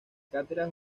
cátedras